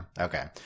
Okay